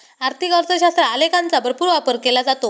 आर्थिक अर्थशास्त्रात आलेखांचा भरपूर वापर केला जातो